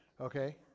Okay